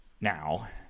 Now